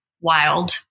wild